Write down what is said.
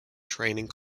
training